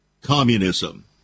communism